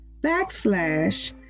backslash